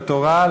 לתורה,